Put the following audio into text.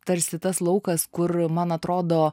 tarsi tas laukas kur man atrodo